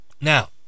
Now